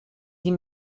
sie